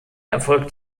erfolgt